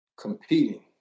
competing